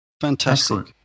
Fantastic